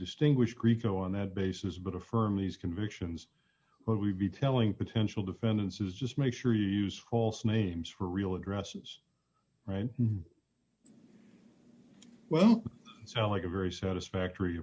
distinguish grieco on that basis but affirm these convictions what we be telling potential defendants is just make sure you use false names for real addresses right well it sounds like a very satisfactory